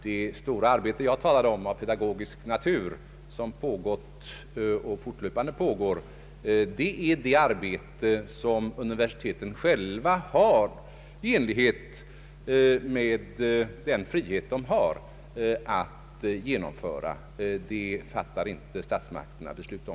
Det stora arbete av pedagogisk natur som jag talade om, som pågått och fortlöpande pågår, är det arbete som universiteten själva skall genomföra i enlighet med den frihet de har, och det fattar inte statsmakterna beslut om.